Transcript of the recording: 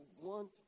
want